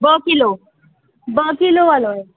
ॿ किलो ॿ किलो आहे